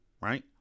right